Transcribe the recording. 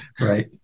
Right